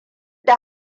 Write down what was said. da